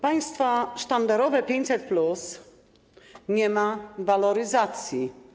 Państwa sztandarowe 500+ nie podlega waloryzacji.